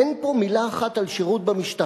אין פה מלה אחת על שירות במשטרה